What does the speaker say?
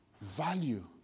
value